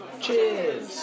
cheers